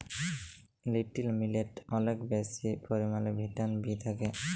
little মিলেটে অলেক বেশি পরিমালে ভিটামিল বি থ্যাকে